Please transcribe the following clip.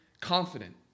confident